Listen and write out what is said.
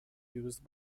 used